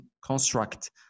construct